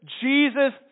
Jesus